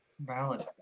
Valid